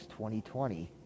2020